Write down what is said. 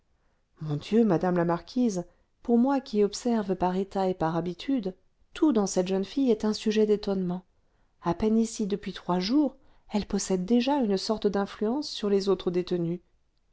mon dieu madame la marquise pour moi qui observe par état et par habitude tout dans cette jeune fille est un sujet d'étonnement à peine ici depuis trois jours elle possède déjà une sorte d'influence sur les autres détenues